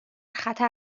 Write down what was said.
خطر